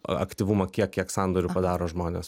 aktyvumą kiek kiek sandorių padaro žmonės